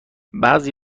بعضی